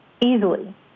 easily